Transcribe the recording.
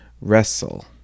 wrestle